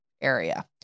area